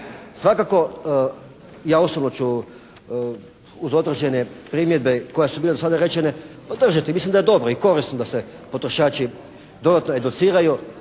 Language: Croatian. Svakako, ja osobno ću uz određene primjedbe koje su bile do sada rečene, podržati, mislim da je dobro i korisno da se potrošači dodatno educiraju.